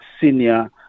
senior